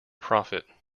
profit